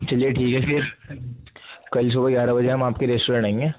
چلیے ٹھیک ہے پھر کل صبح گیارہ بجے ہم آپ کے ریسٹورینٹ آئیں گے